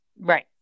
Right